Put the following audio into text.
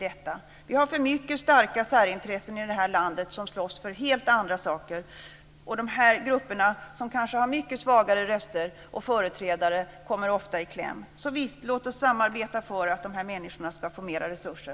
Det är för mycket av starka särintressen i det här landet som slåss för helt andra saker. De här grupperna, som kanske har mycket svagare röster och företrädare, kommer ofta i kläm - så visst, låt oss samarbeta för att de här människorna ska få mer resurser!